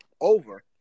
over